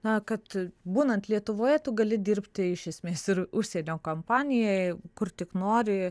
na kad būnant lietuvoje tu gali dirbti iš esmės ir užsienio kompanijai kur tik nori